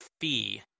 fee